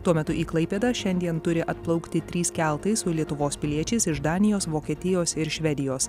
tuo metu į klaipėdą šiandien turi atplaukti trys keltai su lietuvos piliečiais iš danijos vokietijos ir švedijos